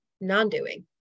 non-doing